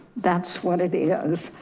that's what it is.